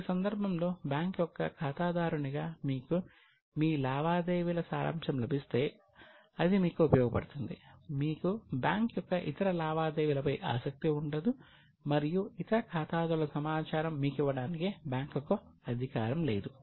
ఈ సందర్భంలో బ్యాంక్ యొక్క ఖాతాదారునిగా మీకు మీ లావాదేవీల సారాంశం లభిస్తే అది మీకు ఉపయోగపడుతుంది మీకు బ్యాంక్ యొక్క ఇతర లావాదేవీలపై ఆసక్తి ఉండదు మరియు ఇతర ఖాతాదారుల సమాచారం మీకు ఇవ్వడానికి బ్యాంకుకు అధికారం లేదు